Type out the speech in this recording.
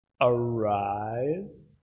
Arise